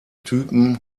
typen